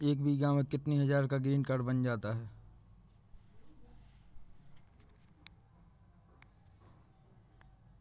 एक बीघा में कितनी हज़ार का ग्रीनकार्ड बन जाता है?